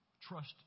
trust